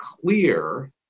clear